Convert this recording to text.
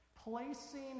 Placing